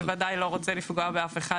שבוודאי לא רוצה לפגוע באף אחד,